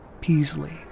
Peasley